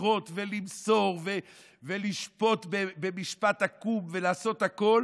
לירות ולמסור ולשפוט במשפט עקום ולעשות הכול